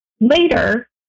Later